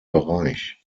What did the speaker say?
bereich